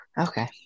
Okay